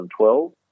2012